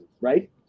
right